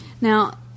Now